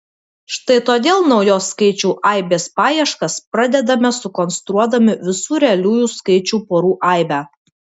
štai todėl naujos skaičių aibės paieškas pradedame sukonstruodami visų realiųjų skaičių porų aibę